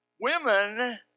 Women